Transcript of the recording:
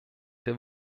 der